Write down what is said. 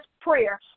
prayer